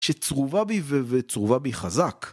שצרובה בי וצרובה בי חזק